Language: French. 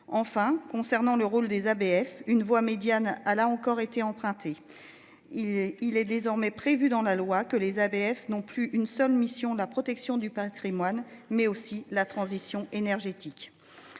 Enfin, concernant le rôle des ABF une voie médiane a là encore été emprunté. Il est, il est désormais prévu dans la loi que les ABF non plus une seule mission la protection du Patrimoine mais aussi la transition énergétique.